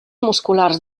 musculars